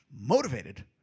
Motivated